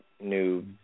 new